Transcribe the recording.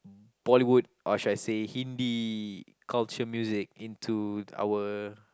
Bollywood or should I say Hindi culture music into our